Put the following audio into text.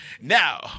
Now